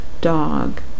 Dog